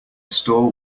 store